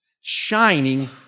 shining